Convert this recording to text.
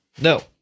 No